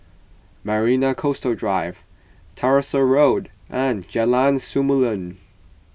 Marina Coastal Drive Tyersall Road and Jalan Samulun